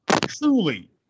truly